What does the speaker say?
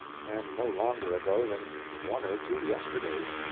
and no longer ago than one or two yesterdays.